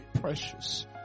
precious